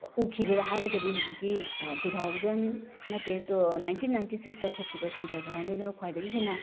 ꯎꯈꯤꯕꯗ ꯍꯥꯏꯔꯒꯗꯤ ꯍꯧꯖꯤꯛꯀꯤ two thousand ꯅꯠꯇꯦ ꯅꯥꯏꯟꯇꯤꯟ ꯅꯥꯏꯟꯇꯤ ꯁꯤꯛꯁꯇ ꯊꯣꯛꯈꯤꯕ ꯆꯟꯗ꯭ꯔꯥ ꯒ꯭ꯔꯍꯟꯗꯨꯅ ꯈ꯭ꯋꯥꯏꯗꯒꯤ ꯍꯦꯟꯅ